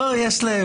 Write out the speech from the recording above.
לצערי,